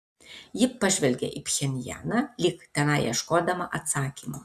ji pažvelgė į pchenjaną lyg tenai ieškodama atsakymo